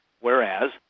whereas